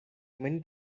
many